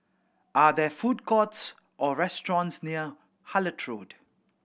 are there food courts or restaurants near Hullet Road